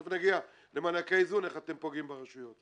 תכף נגיע למענקי איזון, איך אתם פוגעים ברשויות.